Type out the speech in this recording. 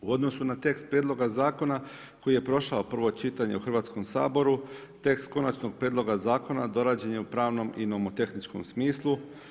U odnosu na tekst prijedloga zakona koji je prošao prvo čitanje u Hrvatskom saboru, tekst konačnog prijedloga zakona dorađen je u pravnom i nomotehničkom smislu.